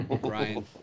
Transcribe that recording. Brian